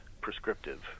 prescriptive